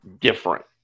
different